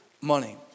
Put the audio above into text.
money